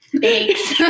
thanks